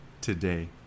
today